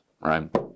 right